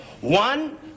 One